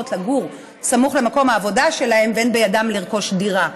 לגור בסמוך למקום העבודה שלהם ואין בידם לרכוש דירה.